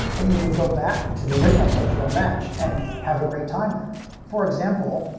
that you would go back to the original cultural match and have a great time there for example,